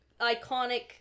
iconic